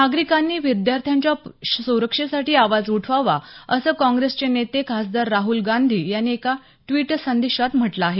नागरिकांनी विद्यार्थ्यांच्या सुरक्षेसाठी आवाज उठवावा असं काँग्रेसचे नेते खासदार राहल गांधी यांनी एका द्विट संदेशात म्हटलं आहे